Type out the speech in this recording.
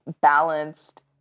balanced